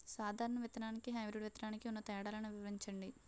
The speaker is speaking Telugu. సాధారణ విత్తననికి, హైబ్రిడ్ విత్తనానికి ఉన్న తేడాలను వివరించండి?